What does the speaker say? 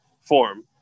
form